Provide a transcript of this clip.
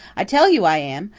i tell you i am,